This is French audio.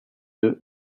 deux